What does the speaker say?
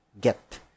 get